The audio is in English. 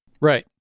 Right